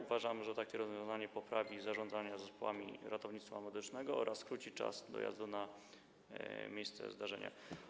Uważamy, że takie rozwiązanie poprawi zarządzanie zespołami ratownictwa medycznego oraz skróci czas dojazdu na miejsce zdarzenia.